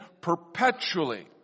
perpetually